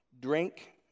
drink